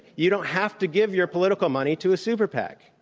you don't have to give your political money to a super pac.